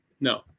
no